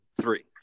three